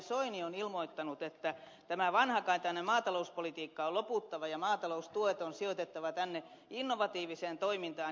soini on ilmoittanut että tämän vanhakantaisen maatalouspolitiikan on loputtava ja maataloustuet on sijoitettava tänne innovatiiviseen toimintaan